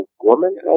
woman